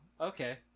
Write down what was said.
okay